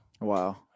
wow